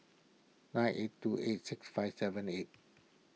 nine eight two eight six five seven eight